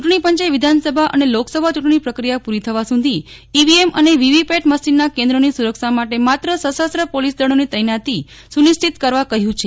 ચુંટણીપંચે વિધાનસભા અને લોકસભા ચુંટણી પ્રકિયા પુરી થવા સુધીમાં ઈવીએમ અને વિવીપેટ મશીનના કેન્દ્રોની સુરક્ષા માટે માત્ર સશસ્ત્ર પોલીસ દળોની તૈનાતી સુનિશ્ચિત કરવા કહ્યું છે